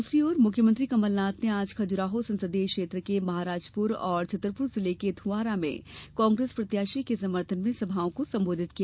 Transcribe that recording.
दूसरी ओर मुख्यमंत्री कमलनाथ ने आज खजुराहो संसदीय क्षेत्र के महाराजपुर और छतरपुर जिले के धुवारा में कांग्रेस प्रत्याशी के समर्थन में सभाओं को संबोधित किया